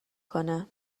کنه